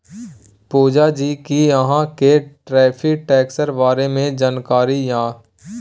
पुजा जी कि अहाँ केँ टैरिफ टैक्सक बारे मे जानकारी यै?